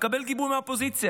תקבל גיבוי מהאופוזיציה,